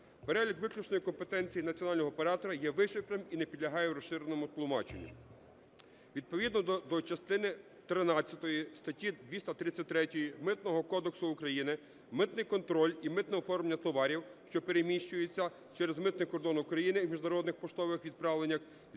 Перелік виключної компетенції національного оператора є вичерпним і не підлягає розширеному тлумаченню. Відповідно до частини тринадцятої статті 233 Митного кодексу України митний контроль і митне оформлення товарів, що переміщуються через митний кордон України в міжнародних поштових відправленнях,